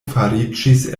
fariĝis